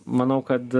manau kad